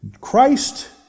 Christ